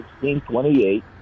1628